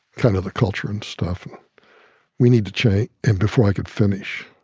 kind of the culture and stuff we need to cha and before i could finish,